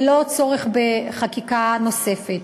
ללא צורך בחקיקה נוספת.